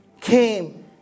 came